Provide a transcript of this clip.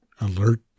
alert